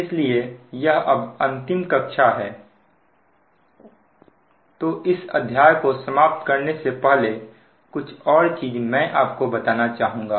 इसलिए यह अब अंतिम कक्षा है तो इस अध्याय को समाप्त करने से पहले कुछ और चीज मैं आपको बताना चाहूंगा